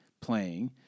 playing